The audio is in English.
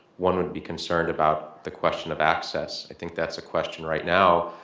one would be concerned about the question of access. i think that's a question right now.